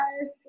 Yes